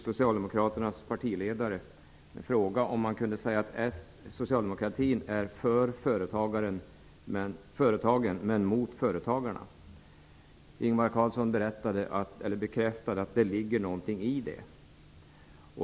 Socialdemokraternas partiledare frågan om man kunde säga att socialdemokratin är för företagen men mot företagarna. Ingvar Carlsson bekräftade att det ligger någonting i det.